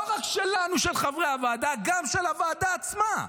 לא רק שלנו, של חברי הוועדה, גם של הוועדה עצמה.